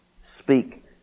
Speak